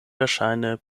verŝajne